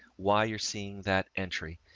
why you're seeing that entry.